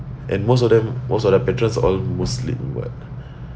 and most of them most of their patrons all muslim [what]